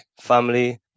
Family